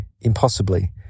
Impossibly